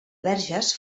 verges